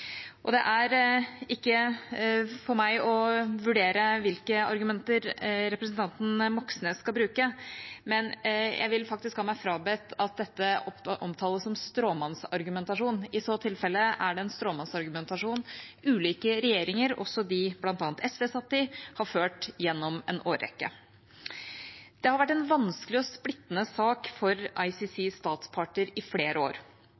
Det er ikke opp til meg å vurdere hvilke argumenter representanten Moxnes skal bruke, men jeg vil faktisk ha meg frabedt at dette omtales som stråmannsargumentasjon. I så tilfelle er det en stråmannsargumentasjon ulike regjeringer, også de bl.a. SV satt i, har ført gjennom en årrekke. Det har vært en vanskelig og splittende sak for ICCs statsparter i flere år.